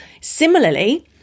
Similarly